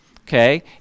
okay